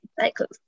cycles